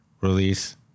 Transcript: release